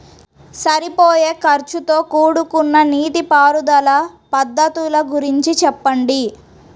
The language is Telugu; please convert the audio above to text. సరిపోయే ఖర్చుతో కూడుకున్న నీటిపారుదల పద్ధతుల గురించి చెప్పండి?